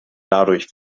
dadurch